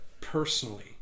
personally